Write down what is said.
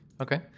Okay